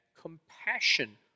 compassion